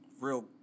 Real